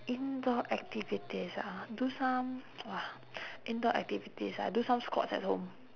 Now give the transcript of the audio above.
indoor activities ah do some !wah! indoor activities ah do some squats at home